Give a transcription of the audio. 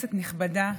כנסת נכבדה,